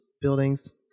buildings